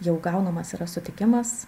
jau gaunamas yra sutikimas